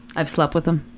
i've slept with him.